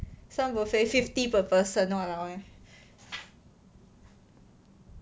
some buffet fifty per person !walao! eh